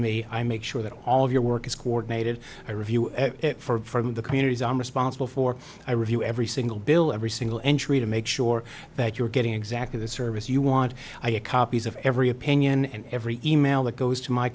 me i make sure that all of your work is coordinated i review it for the communities i'm responsible for i review every single bill every single entry to make sure that you're getting exactly the service you want i get copies of every opinion and every e mail that goes to my